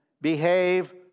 behave